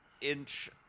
inch